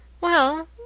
Well